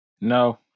No